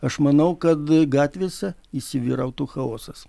aš manau kad gatvėse įsivyrautų chaosas